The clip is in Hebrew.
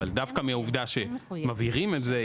אבל דווקא מהעובדה שמבהירים את זה,